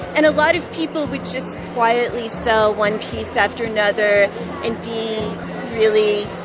and a lot of people would just quietly sell one piece after another and be really